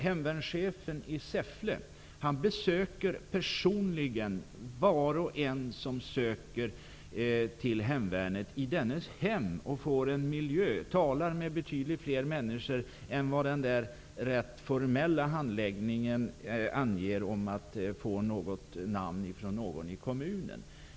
Hemvärnschefen i Säffle besöker personligen var och en som söker till hemvärnet i dennes hem och får en bild av miljön. Han talar med flera människor -- vid den rätt formella handläggningen anges ett namn från någon i kommunen.